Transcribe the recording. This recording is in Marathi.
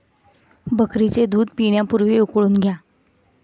बकरीचे दूध पिण्यापूर्वी उकळून घ्या